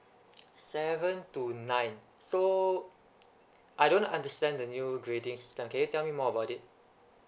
seven to nine so I don't understand the new gradings okay tell me more about it